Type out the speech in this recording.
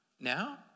now